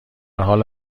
حال